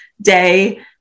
day